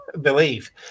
believe